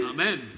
Amen